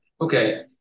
okay